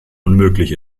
unmöglich